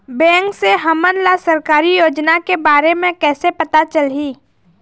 Bank से हमन ला सरकारी योजना के बारे मे कैसे पता चलही?